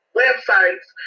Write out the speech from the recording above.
websites